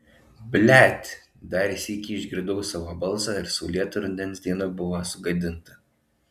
blet dar sykį išgirdau savo balsą ir saulėta rudens diena buvo sugadinta